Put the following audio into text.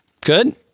good